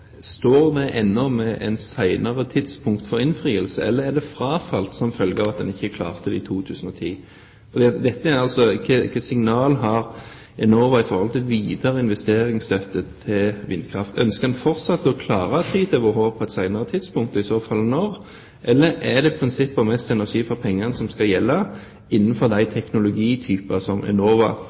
innfrielse? Eller er det frafalt som følge av at en ikke klarte det i 2010? Hvilke signaler har Enova kommet med når det gjelder videre investeringsstøtte til vindkraft? Ønsker en fortsatt å klare 3 TWh på et senere tidspunkt? Og i så fall når? Eller er det prinsippet om «mest energi for pengene» som skal gjelde innenfor de teknologityper som Enova